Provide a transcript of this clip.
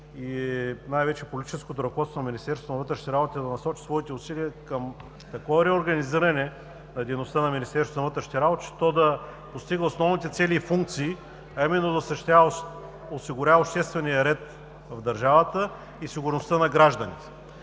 – най-вече политическото ръководство на Министерството на вътрешните работи, да насочи своите усилия към такова реорганизиране на дейността на Министерството на вътрешните работи, че то да постига основните цели и функции, а именно да осигурява обществения ред в държавата и сигурността на гражданите.